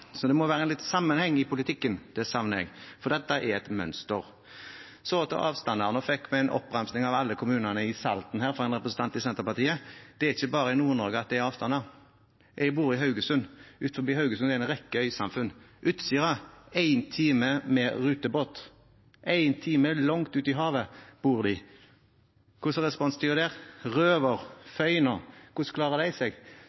Det må være litt sammenheng i politikken – det savner jeg, for dette er et mønster. Så til avstander: Nå fikk vi en oppramsing av alle kommunene i Salten fra en representant i Senterpartiet. Det er ikke bare i Nord-Norge at det er avstander. Jeg bor i Haugesund. Utenfor Haugesund er det en rekke øysamfunn: Utsira, en time med rutebåt, en time langt uti havet bor de. Hvordan er responstiden der? Røvær, Føyno – hvordan klarer de seg?